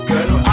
Girl